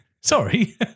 Sorry